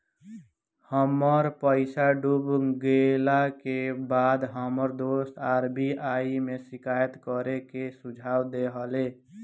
हमर पईसा डूब गेला के बाद हमर दोस्त आर.बी.आई में शिकायत करे के सुझाव देहले